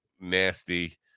nasty